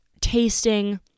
tasting